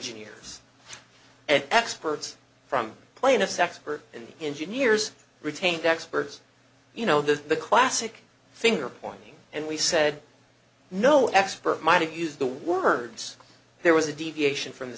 engineers and experts from plaintiffs expert and engineers retained experts you know the classic finger pointing and we said no expert might have used the words there was a deviation from the